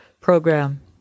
program